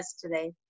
today